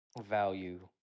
value